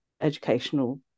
educational